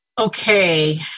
Okay